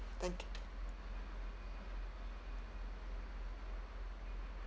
thank